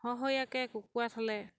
কুকুৰা থ'লে